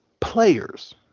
players